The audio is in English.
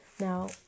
Now